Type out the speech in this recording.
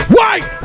White